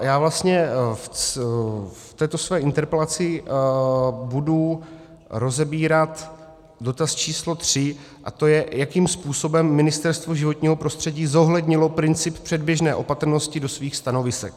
Já vlastně v této své interpelaci budu rozebírat dotaz č. 3, to je, jakým způsobem Ministerstvo životního prostředí zohlednilo princip předběžné opatrnosti do svých stanovisek.